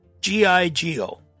G-I-G-O